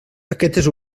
aquestes